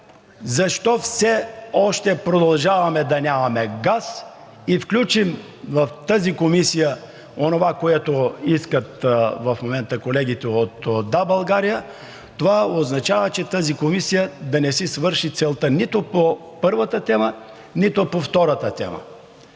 защо все още продължаваме да нямаме газ и включим в тази комисия онова, което искат в момента колегите от „Да, България“, това означава тази комисия да не си свърши целта – нито по първата тема, нито по втората тема.